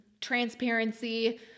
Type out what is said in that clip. transparency